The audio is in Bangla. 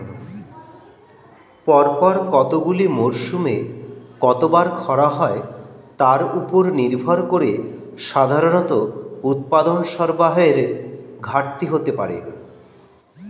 পরপর কতগুলি মরসুমে কতবার খরা হয় তার উপর নির্ভর করে সাধারণত উৎপাদন সরবরাহের ঘাটতি হতে পারে